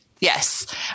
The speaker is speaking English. yes